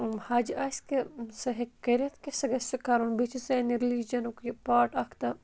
حجہِ آسہِ کہِ سُہ ہیٚکہِ کٔرِتھ کہِ سُہ گَژھِ سُہ کَرُن بیٚیہِ چھُ سانہِ ریٚلِجَنُک یہِ پاٹ اَکھ